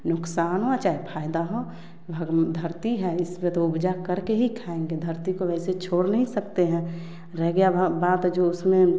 नुकसान हो या चाहे फायदा हो धरती हैं इसपे तो उपजा करके ही खाएँगे धरती को वैसे छोड़ नहीं सकते हैं रह गया भाव बात जो उसमें